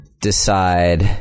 decide